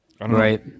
Right